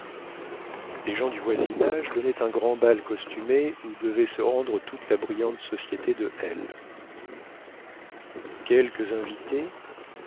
des gens du voisinage donnaient un grand bal costumé où devait se rendre toute la brillante société de l quelques invités